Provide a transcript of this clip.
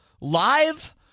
live